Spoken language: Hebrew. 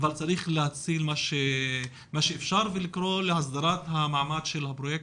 אבל צריך להציל מה שאפשר ולקרוא להסדרת המעמד של הפרויקט,